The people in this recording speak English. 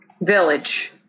village